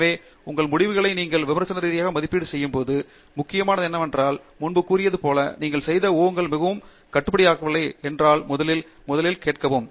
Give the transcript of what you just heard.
எனவே உங்கள் முடிவுகளை நீங்கள் விமர்சனரீதியாக மதிப்பீடு செய்யும் போது முக்கியமானது என்னவென்றால் முன்பு கூறியதுபோல் நீங்கள் செய்த ஊகங்கள் மிகவும் கட்டுப்படுத்தப்படவில்லை என்றால் முதலில் முதலில் கேட்கவும்